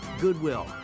Goodwill